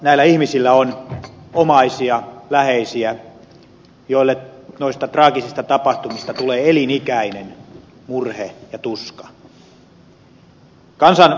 näillä ihmisillä on omaisia läheisiä joille noista traagisista tapahtumista tulee elinikäinen murhe ja tuska